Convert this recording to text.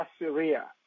Assyria